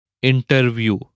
Interview